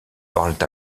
parlent